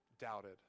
doubted